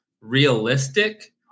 realistic